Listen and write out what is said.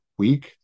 week